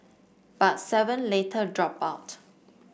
but seven later dropped out